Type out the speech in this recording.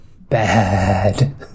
bad